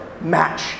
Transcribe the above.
match